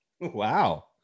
Wow